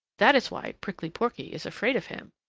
that is why prickly porky is afraid of him.